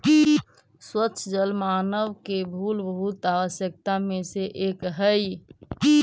स्वच्छ जल मानव के मूलभूत आवश्यकता में से एक हई